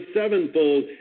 sevenfold